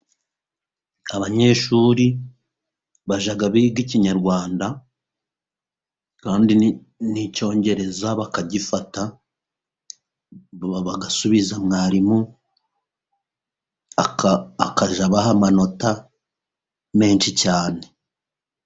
Abanyeshuri bajya biga Ikinyarwanda kandi n'icyongereza bakagifata, bagasubiza mwarimu, akajya abaha amanota menshi cyane.